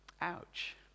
Ouch